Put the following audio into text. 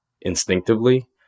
instinctively